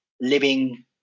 living